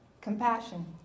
compassion